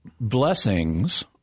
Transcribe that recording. blessings